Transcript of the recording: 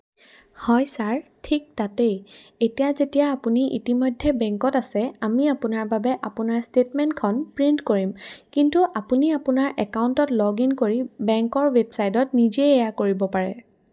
হয় ছাৰ ঠিক তাতেই এতিয়া যেতিয়া আপুনি ইতিমধ্যে বেংকত আছে আমি আপোনাৰ বাবে আপোনাৰ ষ্টেটমেণ্টখন প্ৰিণ্ট কৰিম কিন্তু আপুনি আপোনাৰ একাউণ্টত লগ ইন কৰি বেংকৰ ৱেবছাইটত নিজে এইয়া কৰিব পাৰে